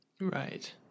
Right